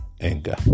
anger